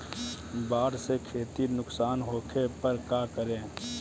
बाढ़ से खेती नुकसान होखे पर का करे?